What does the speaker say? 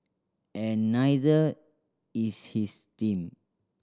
and neither is his team